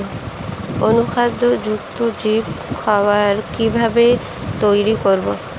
অনুখাদ্য যুক্ত জৈব খাবার কিভাবে তৈরি করব?